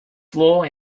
floor